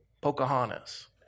Pocahontas